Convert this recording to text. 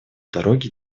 дороги